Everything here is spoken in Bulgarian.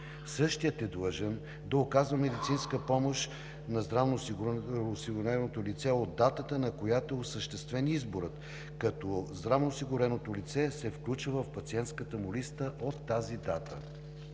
Същият е длъжен да оказва медицинска помощ на здравноосигуреното лице от датата, на която е осъществен изборът, като здравноосигуреното лице се включва в пациентската му листа от тази дата.